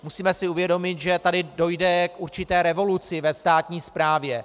Musíme si uvědomit, že tady dojde k určité revoluci ve státní správě.